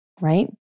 Right